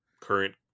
current